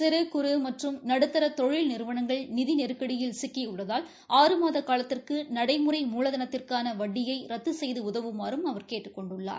சிறு குறு மற்றும் நடுத்தா தொழில் நிறுவனங்கள் நிதி நெருக்கடியில் சிக்கியுள்ளதால் ஆறு மாத காலத்திற்கு நடைமுறை மூலதனத்திற்கான வட்டியை ரத்து செய்து உதவுமாறும் அவர் கேட்டுக் கொண்டுள்ளார்